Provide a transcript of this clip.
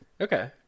Okay